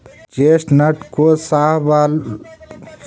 chestnut को शाहबलूत कहथीन